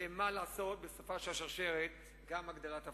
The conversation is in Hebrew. ומה לעשות, בסופה של השרשרת גם הגדלת האבטלה.